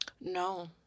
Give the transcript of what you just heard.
No